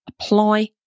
Apply